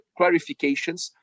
clarifications